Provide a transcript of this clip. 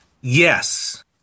Yes